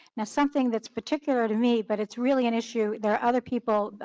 now something that's particular to me, but it's really an issue, there are other people,